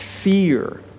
Fear